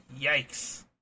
Yikes